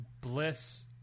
Bliss